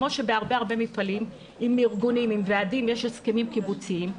כמו שבהרבה מפעלים עם ועדים יש הסכמים קיבוציים,